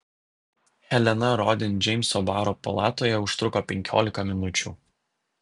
helena rodin džeimso baro palatoje užtruko penkiolika minučių